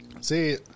See